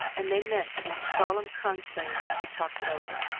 and they met in solemn conclave to talk it over.